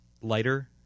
lighter